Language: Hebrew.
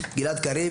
גלעד קריב,